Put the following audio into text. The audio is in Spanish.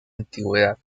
antigüedad